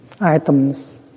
items